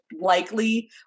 likely